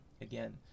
again